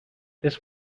this